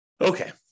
Okay